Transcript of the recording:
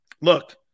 Look